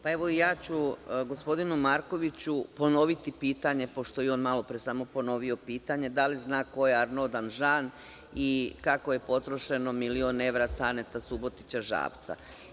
Pa, evo ja ću gospodinu Markoviću ponoviti pitanje, pošto je on malopre samo ponovio pitanje, da li zna ko je Arno Danžan i kako je potrošeno milion evra Caneta Subotića Žabca?